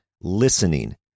Listening